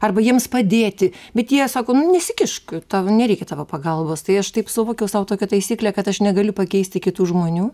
arba jiems padėti bet jie sako nu nesikišk tau nereikia tavo pagalbos tai aš taip suvokiau sau tokią taisyklę kad aš negaliu pakeisti kitų žmonių